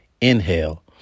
Inhale